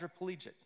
quadriplegic